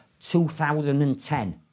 2010